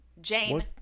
Jane